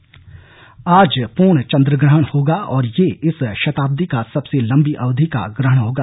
चंद्रग्रहण आज पूर्ण चन्द्रग्रहण होगा और यह इस शताब्दी का सबसे लंबी अवधि का ग्रहण होगा